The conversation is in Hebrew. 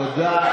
אתה מנותק.